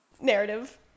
narrative